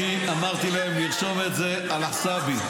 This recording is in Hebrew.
ואני אמרתי להם לרשום את זה עלא חסאבי.